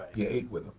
you ate with them.